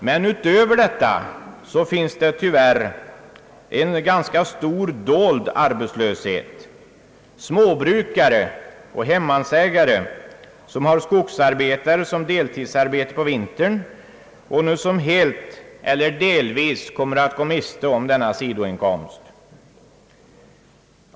Men utöver detta finns tyvärr en ganska stor dold arbetslöshet — småbrukare och hemmansägare som på vintern har skogsarbete som bisyssla och som nu helt eller delvis kommer att gå miste om denna sidoinkomst.